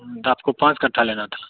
तो आपको पाँच कट्ठा लेना था